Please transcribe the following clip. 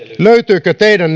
löytyvätkö teidän